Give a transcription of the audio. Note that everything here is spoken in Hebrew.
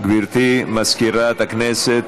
גברתי מזכירת הכנסת.